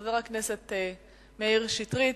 לחבר הכנסת מאיר שטרית,